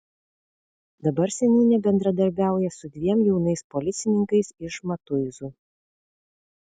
dabar seniūnė bendradarbiauja su dviem jaunais policininkais iš matuizų